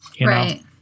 Right